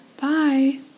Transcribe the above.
bye